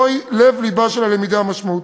זהו לב-לבה של הלמידה המשמעותית.